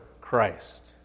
Christ